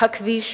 הכביש,